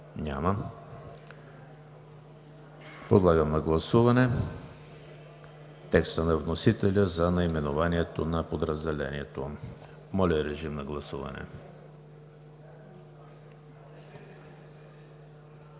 Няма. Подлагам на гласуване текста на вносителя за наименованието на подразделението. Гласували